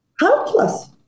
Helpless